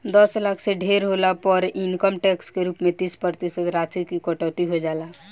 दस लाख से ढेर होला पर इनकम टैक्स के रूप में तीस प्रतिशत राशि की कटौती हो जाला